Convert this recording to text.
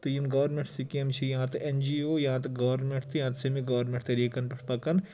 تہٕ یِم government scheme چھِ یا تہٕ این جی او یا تہٕ گورمینٛٹ یا تہٕ سیٚمہِ گورنمیٚنٛٹ طٔریٖقن پٮ۪ٹھ پَکان